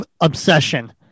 obsession